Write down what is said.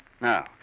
Now